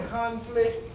conflict